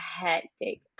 hectic